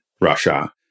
Russia